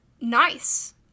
Nice